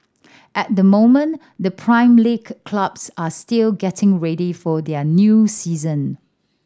at the moment the Prime League clubs are still getting ready for their new season